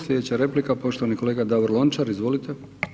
Sljedeća replika poštovani kolega Davor Lončar, izvolite.